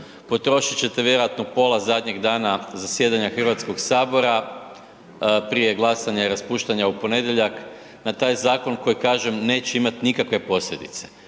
potrošit ćete vjerojatno pola zadnjeg dana zasjedanja HS prije glasanja i raspuštanja u ponedjeljak, na taj zakon koji kažem neće imat nikakve posljedice